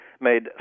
made